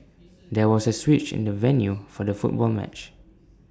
there was A switch in the venue for the football match